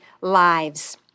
lives